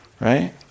right